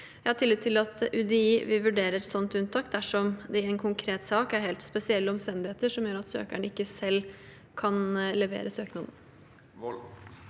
Jeg har tillit til at UDI vil vurdere et slikt unntak dersom det i en konkret sak er helt spesielle omstendigheter som gjør at søkeren ikke selv kan levere søknaden.